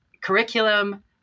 curriculum